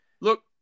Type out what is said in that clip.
Look